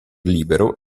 libero